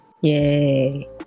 Yay